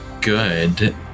good